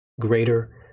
greater